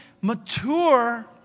Mature